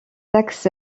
axe